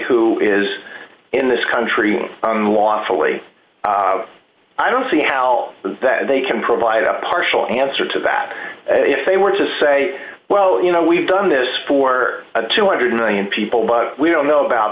who is in this country lawfully i don't see how that they can provide a partial answer to that if they were to say well you know we've done this for two hundred million people we don't know about